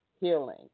healing